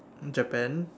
Japan